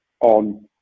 on